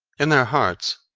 in their hearts,